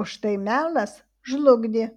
o štai melas žlugdė